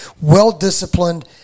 well-disciplined